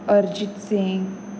Arijit Singh